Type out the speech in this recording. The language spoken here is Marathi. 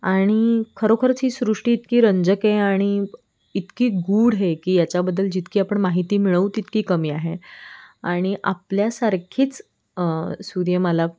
आणि खरोखरच ही सृष्टी इतकी रंजक आहे आणि इतकी गूढ आहे की याच्याबद्दल जितकी आपण माहिती मिळवू तितकी कमी आहे आणि आपल्यासारखीच सूर्यमाला